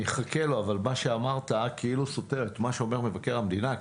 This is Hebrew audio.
אני אחכה לו אבל מה שאמרת כאילו סותר את מה שסותר מבקר המדינה,